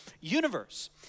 universe